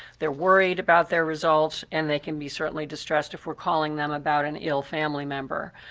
they're worried about their results and they can be certainly distressed if we're calling them about an ill family member.